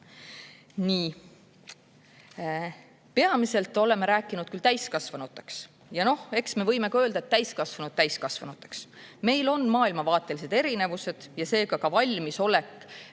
Nii. Peamiselt oleme rääkinud küll täiskasvanutest. Ja noh, eks me võimegi öelda, et täiskasvanud täiskasvanuteks. Meil on maailmavaatelised erinevused ja seega ka [erinev]